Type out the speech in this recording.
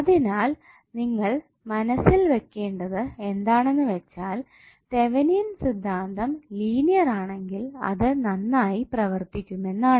അതിനാൽ നിങ്ങൾ മനസ്സിൽ വെക്കേണ്ടത് എന്താണെന്ന് വെച്ചാൽ തെവെനിൻ സിദ്ധാന്തം ലീനിയർ ആണെങ്കിൽ അത് നന്നായി പ്രവർത്തിക്കുമെന്നാണ്